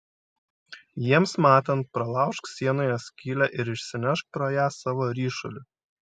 jiems matant pralaužk sienoje skylę ir išsinešk pro ją savo ryšulį